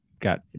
got